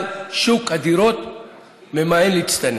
אבל לית מאן דפליג,